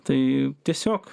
tai tiesiog